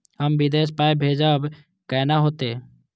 हम विदेश पाय भेजब कैना होते?